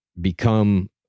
become